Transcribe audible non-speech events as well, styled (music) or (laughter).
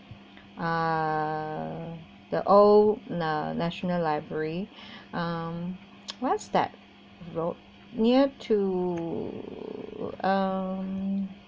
uh the old na~ national library um (noise) what's that road near to